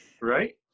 Right